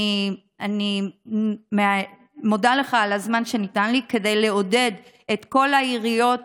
אני מודה לך על הזמן שניתן לי כדי לעודד את כל העיריות